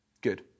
Good